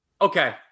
okay